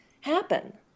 happen